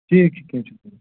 ٹھیٖک چھُ کیٚنٛہہ چھُنہٕ پرواے